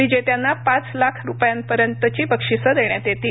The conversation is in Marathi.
विजेत्यांना पाच लाख रुपयांपर्यंतची बक्षिसं देण्यात येतील